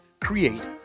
create